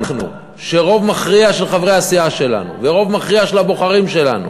ורוב מכריע של הבוחרים שלנו